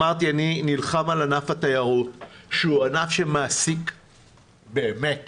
אמרתי שאני נלחם על ענף התיירות שהוא ענף שמעסיק עשרות,